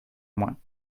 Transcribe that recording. moins